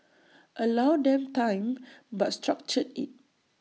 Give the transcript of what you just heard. allow them time but structure IT